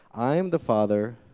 i'm the father